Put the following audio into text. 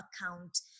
account